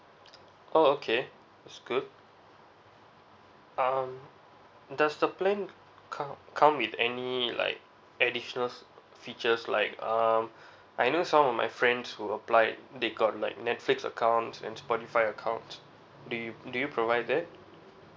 oh okay that's good um does the plan come come with any like additional features like um I know some of my friends who applied they got like netflix account and spotify account do you do you provide that